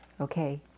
Okay